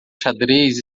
xadrez